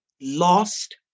lost